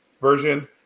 version